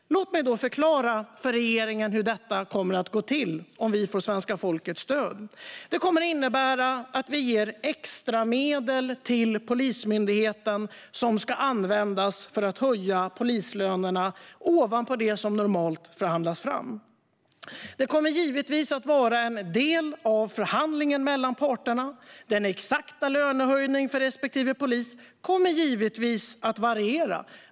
Låt mig då förklara för regeringen hur detta kommer att gå till om vi får svenska folkets stöd: Det kommer att innebära att vi ger extramedel till Polismyndigheten som ska användas för att höja polislönerna, ovanpå det som normalt förhandlas fram. Detta kommer givetvis att vara en del av förhandlingen mellan parterna, och den exakta lönehöjningen för respektive polis kommer givetvis att variera.